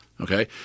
Okay